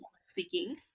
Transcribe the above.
speaking